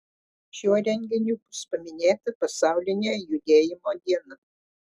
šiuo renginiu bus paminėta pasaulinė judėjimo diena